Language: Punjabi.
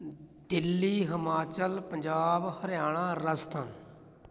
ਦਿੱਲੀ ਹਿਮਾਚਲ ਪੰਜਾਬ ਹਰਿਆਣਾ ਰਾਜਸਥਾਨ